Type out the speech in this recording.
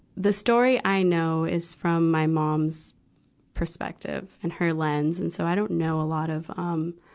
the story i know is from my mom's perspective and her lens, and so i don't know a lot of, um,